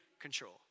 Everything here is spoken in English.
control